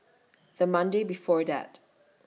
The Monday before that